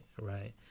right